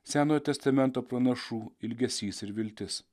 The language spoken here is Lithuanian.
senojo testamento pranašų ilgesys ir viltis